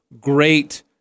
great